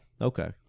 Okay